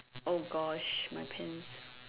oh gosh my pants